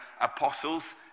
apostles